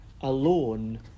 alone